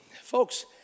folks